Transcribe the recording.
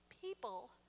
people